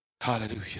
Hallelujah